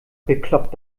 bekloppt